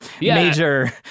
major